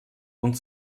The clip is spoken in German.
und